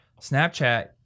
Snapchat